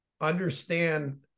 understand